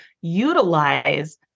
utilize